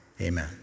Amen